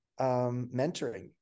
mentoring